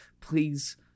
Please